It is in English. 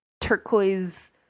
turquoise